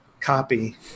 copy